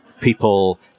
people